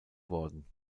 worden